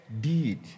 deed